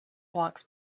blocks